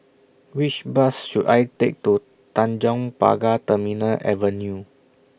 Which Bus should I Take to Tanjong Pagar Terminal Avenue